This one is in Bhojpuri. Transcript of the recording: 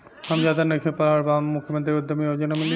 हम ज्यादा नइखिल पढ़ल हमरा मुख्यमंत्री उद्यमी योजना मिली?